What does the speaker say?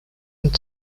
and